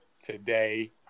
today